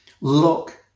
look